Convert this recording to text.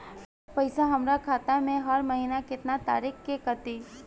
पैसा हमरा खाता से हर महीना केतना तारीक के कटी?